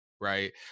right